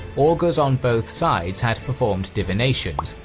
augurs on both sides had performed divinations,